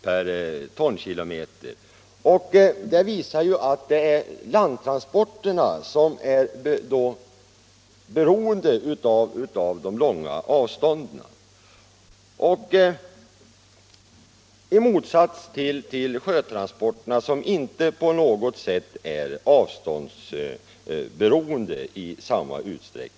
Detta visar att landtransporternas kostnader påverkas starkast av de långa avstånden, medan kostnaderna för sjötransporterna inte alls i samma utsträckning är avståndsberoende.